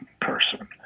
person